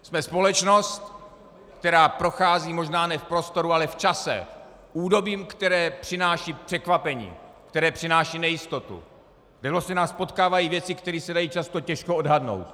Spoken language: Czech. Jsme společnost, která prochází možná ne v prostoru, ale v čase, údobím, které přináší překvapení, které přináší nejistotu, kde nás potkávají věci, které se dají často těžko odhadnout.